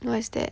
where is that